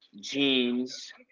jeans